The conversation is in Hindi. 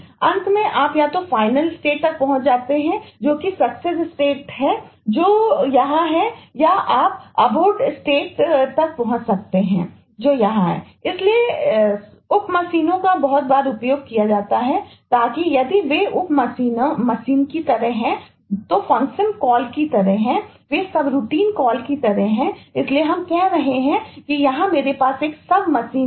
और अंत में आप या तो फाइनल स्टेट में इस्तेमाल किया जा सकता है